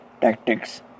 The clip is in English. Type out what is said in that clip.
tactics